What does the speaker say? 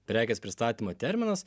prekės pristatymo terminas